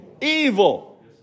Evil